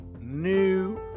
new